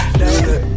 look